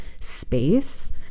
space